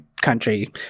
country